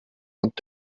und